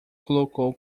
colocou